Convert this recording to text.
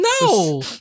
No